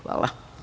Hvala.